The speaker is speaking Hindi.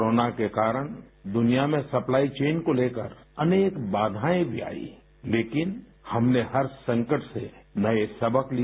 कोरोना के कारण दुनिया में सप्लाई चेन को लेकर अनेक बाधाएं भी आईं लेकिन हमने हर संकट से नए सबक लिए